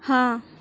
ହଁ